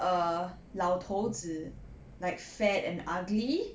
a 老头子 like fat and ugly